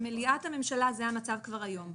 במליאת הממשלה זה המצב כבר היום בחוק.